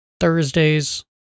Thursdays